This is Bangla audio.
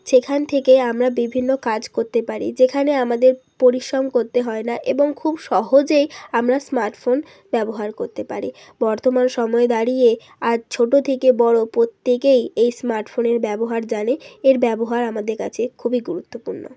সেখান থেকে আমরা বিভিন্ন কাজ করতে পারি যেখানে আমাদের পরিশ্রম করতে হয় না এবং খুব সহজেই আমরা স্মার্টফোন ব্যবহার করতে পারি বর্তমান সময়ে দাঁড়িয়ে আজ ছোটো থেকে বড়ো প্রত্যেকেই এই স্মার্টফোনের ব্যবহার জানে এর ব্যবহার আমাদের কাছে খুবই গুরুত্বপূর্ণ